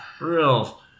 Real